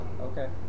okay